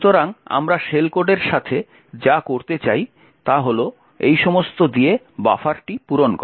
সুতরাং আমরা শেল কোডের সাথে যা করতে চাই তা হল এই সমস্ত দিয়ে বাফারটি পূরণ করা